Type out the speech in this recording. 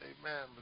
Amen